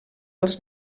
als